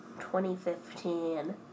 2015